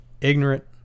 Ignorant